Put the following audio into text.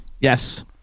Yes